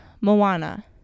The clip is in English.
moana